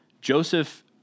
Joseph